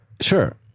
Sure